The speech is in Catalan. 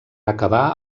acabar